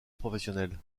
professionnel